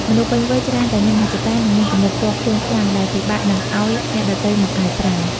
មនុស្សពេញវ័យច្រើនតែមានមហិច្ឆតា និងមានគំនិតផ្ទាល់ខ្លួនខ្លាំង ដែលពិបាកនឹងឱ្យអ្នកដទៃមកកែប្រែ។